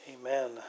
Amen